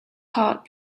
heart